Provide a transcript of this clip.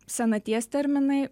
senaties terminai